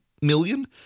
million